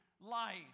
life